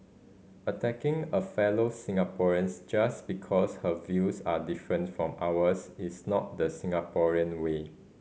attacking a fellow Singaporeans just because her views are different from ours is not the Singaporean way